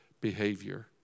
behavior